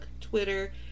Twitter